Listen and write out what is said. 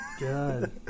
God